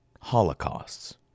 holocausts